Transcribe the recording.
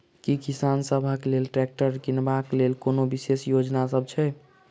की किसान सबहक लेल ट्रैक्टर किनबाक लेल कोनो विशेष योजना सब छै?